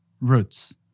roots